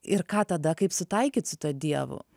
ir ką tada kaip sutaikyt su tuo dievu